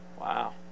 Wow